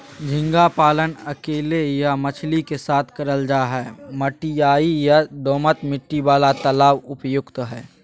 झींगा पालन अकेले या मछली के साथ करल जा हई, मटियाही या दोमट मिट्टी वाला तालाब उपयुक्त हई